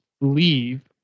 leave